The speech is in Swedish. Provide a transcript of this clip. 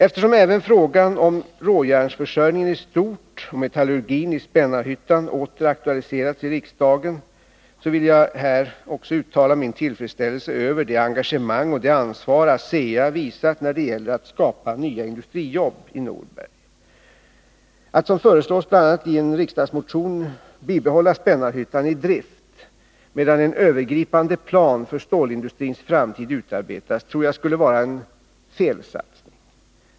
Eftersom även frågan om råjärnsförsörjningen i stort och metallurgin i Spännarhyttan åter aktualiseras i riksdagen, vill jag här också uttala min tillfredsställelse över det engagemang och det ansvar ASEA visat när det gäller att skapa nya industrijobb i Norberg. Att, som föreslås bl.a. i en riksdagsmotion, bibehålla Spännarhyttan i drift medan en övergripande plan för stålindustrins framtid utarbetas tror jag skulle vara en felsatsning.